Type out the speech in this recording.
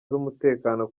z’umutekano